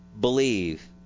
believe